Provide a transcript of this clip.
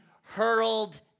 hurled